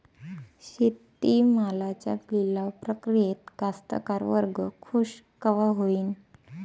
शेती मालाच्या लिलाव प्रक्रियेत कास्तकार वर्ग खूष कवा होईन?